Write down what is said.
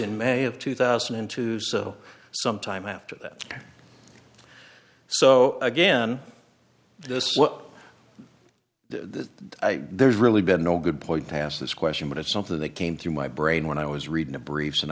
in may of two thousand and two so sometime after that so again this well i there's really been no good point to ask this question but it's something that came through my brain when i was reading the briefs and